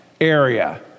area